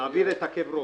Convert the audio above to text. להעביר את כאב הראש.